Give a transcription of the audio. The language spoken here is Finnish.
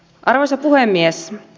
arvoisa puhemies